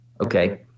Okay